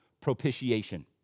propitiation